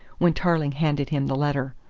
when tarling handed him the letter.